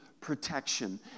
protection